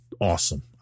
awesome